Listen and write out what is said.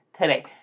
today